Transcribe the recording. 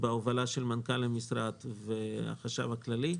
בהובלה של מנכ"ל המשרד והחשב הכללי,